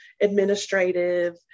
administrative